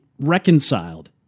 reconciled